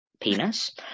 penis